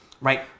right